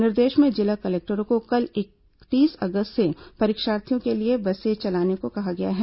निर्देश में जिला कलेक्टरों को कल इकतीस अगस्त से परीक्षार्थियों के लिए बसें चलाने कहा गया है